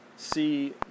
see